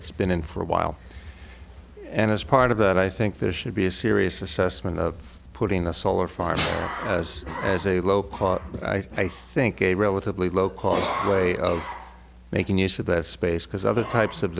it's been in for a while and as part of that i think there should be a serious assessment of putting a solar farm as as a low cost i think is a relatively low cost way of making use of that space because other types of